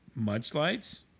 mudslides